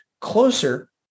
closer